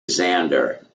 zander